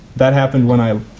that happened when i